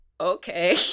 Okay